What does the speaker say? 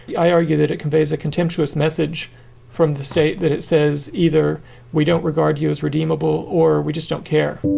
i argue that it conveys a contemptuous message from the state that it says either we don't regard you as redeemable or we just don't care